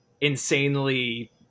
insanely